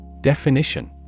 Definition